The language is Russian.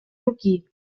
руки